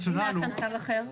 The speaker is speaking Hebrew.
אם היה כאן שר אחר?